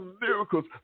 miracles